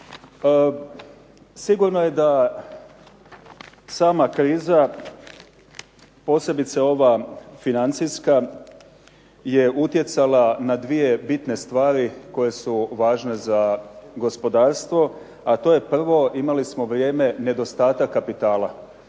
Sigurno je da sama kriza posebice ova financijska je utjecala na dvije bitne stvari koje su važne za gospodarstvo a to je prvo imali smo vrijeme nedostatak kapitala.